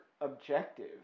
objective